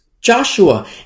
Joshua